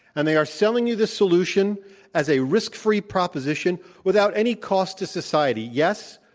and they are selling you this solution as a risk-free proposition without any cost to society. yes,